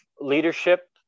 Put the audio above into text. leadership